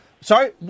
Sorry